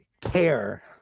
care